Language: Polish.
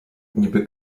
niby